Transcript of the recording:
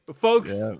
folks